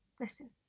listen!